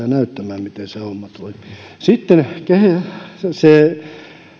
näyttämään miten se homma toimii sitten se